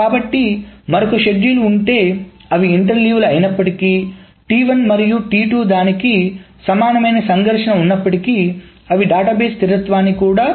కాబట్టి మరొక షెడ్యూల్ ఉంటే అవి ఇంటర్లీవ్లు అయినప్పటికీ మరియు దానికి సమానమైన సంఘర్షణ ఉన్నప్పటికీ అవి డేటాబేస్ స్థిరత్వాన్ని కూడా